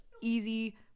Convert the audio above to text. easy